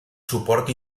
suport